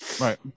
right